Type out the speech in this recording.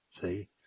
See